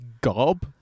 gob